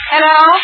Hello